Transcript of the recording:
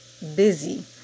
busy